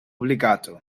legato